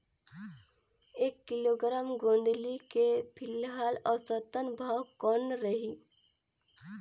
एक किलोग्राम गोंदली के फिलहाल औसतन भाव कौन रही?